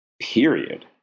period